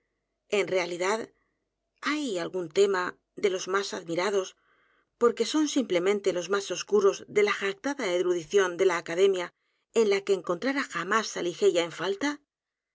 en realidad hay algún tema de los más admirados porque son simplemente los más oscuros de la jactada erudición de la academia en la que encontrara jamás á ligeia en falta